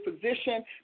position